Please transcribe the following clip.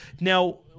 now